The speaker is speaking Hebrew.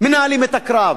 מנהלים את הקרב,